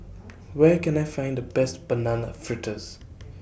Where Can I Find The Best Banana Fritters